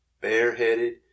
Bareheaded